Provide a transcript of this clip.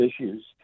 issues